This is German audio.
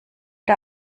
der